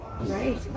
Right